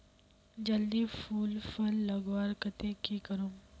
जल्दी फूल फल लगवार केते की करूम?